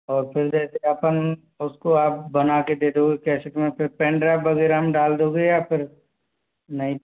और फिर जैसे अपन उस को आप बना के दे दोगे कैसे किस में फिर पेन ड्राइव वग़ैरह में डाल दोगे या फिर नहीं